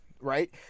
right